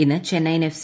ഇന്ന് ചെന്നൈയിൻ എഫ്